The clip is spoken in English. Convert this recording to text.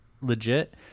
legit